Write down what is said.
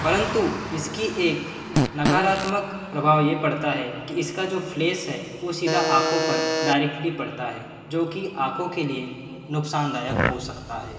परंतु इसकी एक नकारात्मक प्रभाव ये पड़ता है कि इसका जो फ़्लैश है वो सीधा आँखों पर डायरेक्टली पड़ता है जो कि आंखों के लिए नुकसानदायक हो सकता है